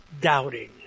doubting